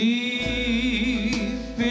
deep